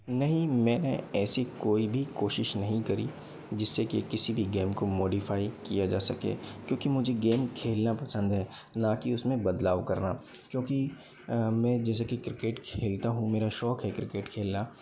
नहीं मैंने ऐसी कोई भी कोशिश नहीं करी जिससे कि किसी भी गेम को मॉडिफ़ाई किया जा सके क्योंकि मुझे गेम खेलना पसंद है ना कि उस में बदलाव करना क्योंकि मैं जैसे कि क्रिकेट खेलता हूँ मेरा शौक है क्रिकेट खेलना